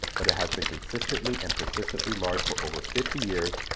but it has been consistently and persistently large for over fifty years,